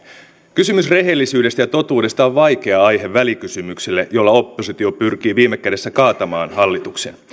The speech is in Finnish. kysymys rehellisyydestä ja totuudesta on vaikea aihe välikysymykselle jolla oppositio pyrkii viime kädessä kaatamaan hallituksen